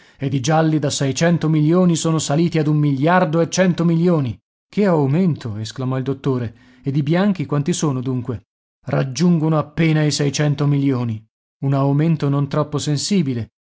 ed i gialli da seicento milioni sono saliti ad un miliardo e cento milioni che aumento esclamò il dottore ed i bianchi quanti sono dunque raggiungono appena i seicento milioni un aumento non troppo sensibile